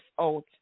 out